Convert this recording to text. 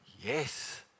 Yes